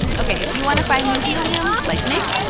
ok, if you want to find new helium like nick,